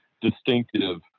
distinctive